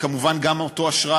ואם איחרת בתשלום,